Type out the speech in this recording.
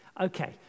Okay